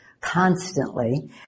constantly